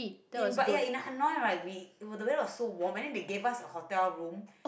in but ya in Hanoi right we the weather was so warm and then they gave us a hotel room